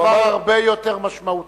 הוא אמר דבר הרבה יותר משמעותי,